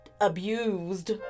abused